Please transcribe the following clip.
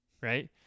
Right